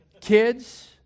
Kids